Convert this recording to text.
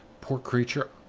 poor creature,